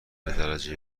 درجه